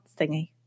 thingy